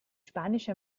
spanische